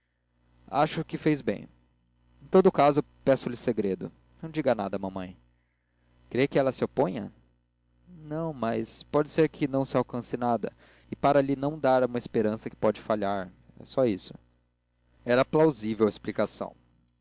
acho que fez bem em todo o caso peco lhe segredo não diga nada a mamãe crê que ela se oponha não mas pode ser que não se alcance nada e para lhe não dar uma esperança que pode falhar e só isto era plausível a explicação